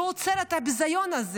לא עוצר את הביזיון הזה.